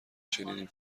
شنیدیم